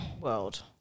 world